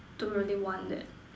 don't really want that